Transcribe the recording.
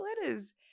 letters